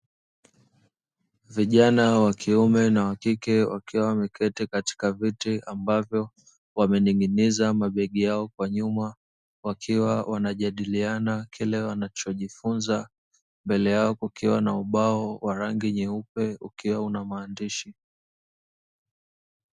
Vijana wa kiume na wa kike wakiwa wameketi katika viti ambavyo wamening'iniza mabegi yao kwa nyuma wakiwa wanajadiliana kile wanachojifunza, mbele yao kukiwa na ubao wa rangi nyeupe ukiwa na maandishi.